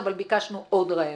אבל ביקשנו עוד רעיונות.